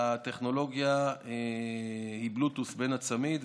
הטכנולוגיה היא בלוטות' בין הצמיד,